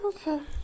Okay